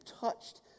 touched